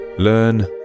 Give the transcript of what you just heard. Learn